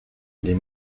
les